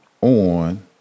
on